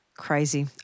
Crazy